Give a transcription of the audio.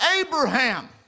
Abraham